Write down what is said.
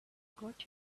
got